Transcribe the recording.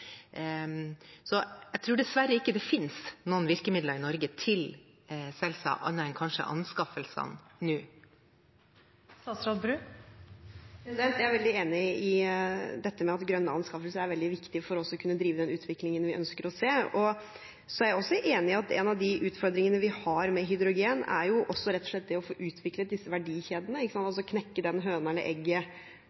Jeg tror dessverre ikke det finnes noen virkemidler i Norge til Celsa, annet enn anskaffelsene nå. Jeg er veldig enig i det at grønne anskaffelser er viktig for å kunne drive denne utviklingen vi ønsker å se. Så er jeg også enig i at en av de utfordringene vi har med hydrogen, er rett og slett å få utviklet disse verdikjedene, altså knekke den høna eller egget-problemstillingen, ved at når ikke